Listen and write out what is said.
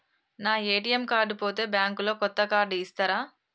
నా ATM card పోతే bank లో కొత్త కార్డు ఇస్తరా?